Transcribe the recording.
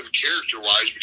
Character-wise